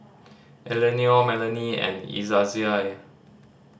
Eleanore Melanie and Izaiah